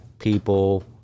people